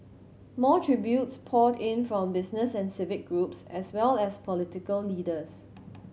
more tributes poured in from business and civic groups as well as political leaders